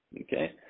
Okay